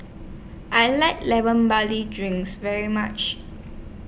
I like Lemon Barley Drinks very much